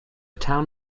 town